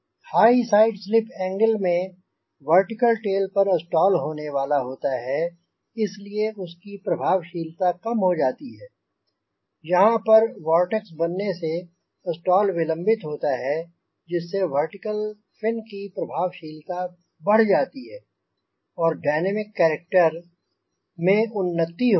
हाय side slip angle में vertical tail पर stall होने वाला होता है इसलिए उसकी प्रभावशीलता कम हो जाती है यहाँ पर वोर्टेक्स बनने से स्टॉल विलंबित होता है जिससे वर्टिकल फिन की प्रभावशीलता बढ़ जाती है और डायनैमिक कैरेक्टर में उन्नति होती है